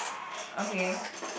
okay